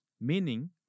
meaning